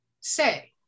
say